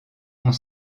ont